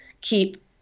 keep